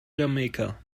jamaika